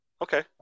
Okay